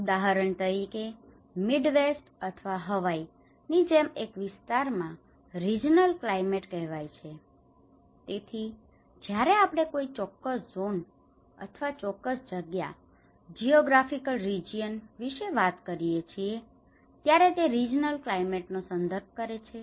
ઉદાહરણ તરીકે મિડવેસ્ટ અથવા હવાઈ ની જેમ એક વિસ્તાર માં તે રિજનલ ક્લાયમેટ કહેવાય છે તેથી જયારે આપણે કોઈ ચોક્કસ ઝોન અથવા ચોક્કસ જગ્યા જિયોગ્રાફિકલ રિજિયન વિશે વાત કરીએ છીએ ત્યારે તે રિજનલ ક્લાયમેટ નો સંદર્ભ કરે છે